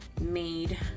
made